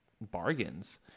bargains